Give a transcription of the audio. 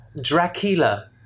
Dracula